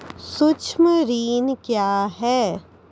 सुक्ष्म ऋण क्या हैं?